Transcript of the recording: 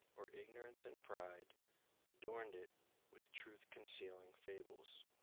or ignorance and pride adorned it with truth-concealing fables.